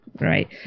Right